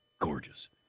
gorgeous